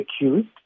accused